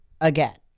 again